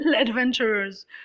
adventurer's